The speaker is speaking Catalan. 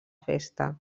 festa